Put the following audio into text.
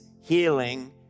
healing